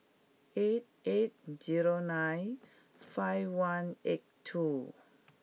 eight eight zero nine five one eight two